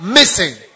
missing